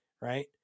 right